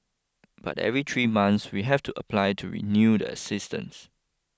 but every three months we have to apply to renew the assistance